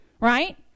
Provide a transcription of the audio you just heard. right